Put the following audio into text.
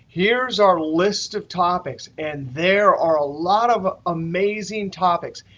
here's our list of topics. and there are a lot of amazing topics.